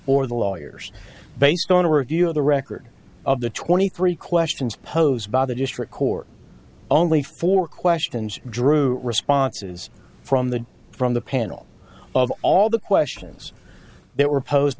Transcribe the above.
court or the lawyers based on a review of the record of the twenty three questions posed by the district court only four questions drew responses from the from the panel all the questions they were posed